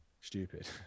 stupid